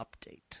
update